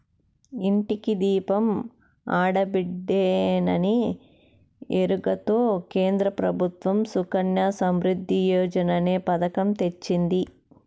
ఇంటికి దీపం ఆడబిడ్డేననే ఎరుకతో కేంద్ర ప్రభుత్వం సుకన్య సమృద్ధి యోజననే పతకం తెచ్చింది